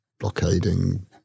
blockading